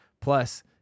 Plus